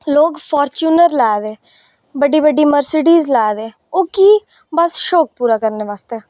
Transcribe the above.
लोग फार्चुनर लै दे बड्डी बड्डी मरसिडीज लै दे ओह् की के शौक पूरा करने आस्तै